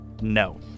no